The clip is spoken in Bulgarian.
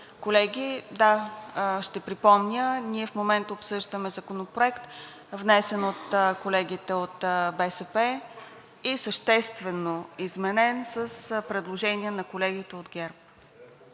Колеги, да, ще припомня, ние в момента обсъждаме Законопроект, внесен от колегите от БСП и съществено изменен с предложения на колегите от ГЕРБ.